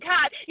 God